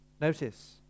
Notice